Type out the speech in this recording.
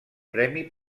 premi